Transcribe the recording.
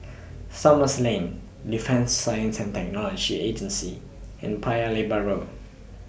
Thomson Lane Defence Science and Technology Agency and Paya Lebar Road